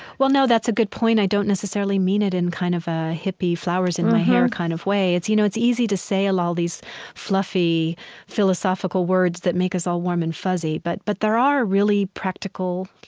well, no, that's a good point. i don't necessarily mean it in kind of a hippie flowers-in-my-hair kind of way. you know, it's easy to say all all these fluffy philosophical words that make us all warm and fuzzy, but but there are really practical,